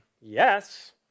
yes